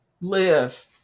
live